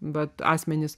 bet asmenys